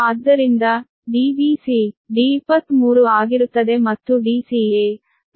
ಆದ್ದರಿಂದ Dbc D23 ಆಗಿರುತ್ತದೆ ಮತ್ತು Dca D31 ಆಗಿರುತ್ತದೆ